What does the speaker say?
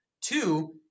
Two